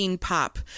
pop